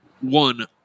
One